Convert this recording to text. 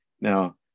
Now